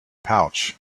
pouch